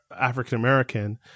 African-American